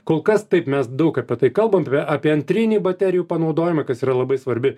kol kas taip mes daug apie tai kalbam apie antrinį baterijų panaudojimą kas yra labai svarbi